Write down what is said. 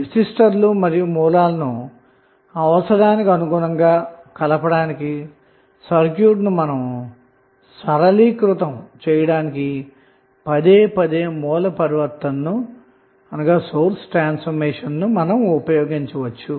రెసిస్టర్లు మరియు సోర్స్ లను అవసరానికి అనుగుణంగా మార్చడానికి మరియు సర్క్యూట్ను సరళీకృతం చేయడానికి పదేపదే సోర్స్ ట్రాన్సఫార్మషన్ ను ఉపయోగించవచ్చు